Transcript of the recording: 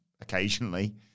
occasionally